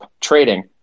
trading